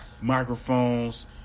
microphones